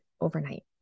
overnight